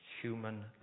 human